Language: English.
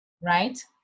right